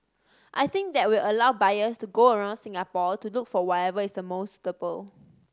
I think that will allow buyers to go around Singapore to look for whatever is the most suitable